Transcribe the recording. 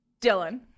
Dylan